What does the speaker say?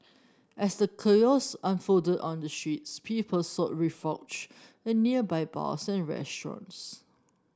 as the chaos unfolded on the streets people sought refuge in nearby bars and restaurants